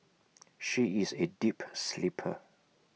she is A deep sleeper